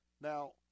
Now